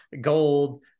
gold